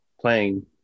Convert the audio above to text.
playing